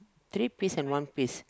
three piece and one piece